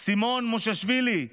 סימון מושיאשוילי,